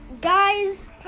Guys